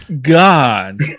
God